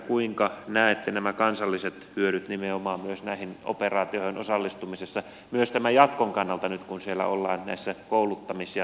kuinka näette nämä kansalliset hyödyt nimenomaan myös näihin operaatioihin osallistumisessa myös tämän jatkon kannalta nyt kun siellä ollaan näissä kouluttamis ja tukitehtävissä